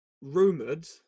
rumoured